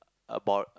abroad